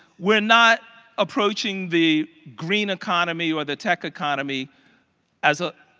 we are not approaching the green economy or the tech economy as a,